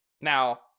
Now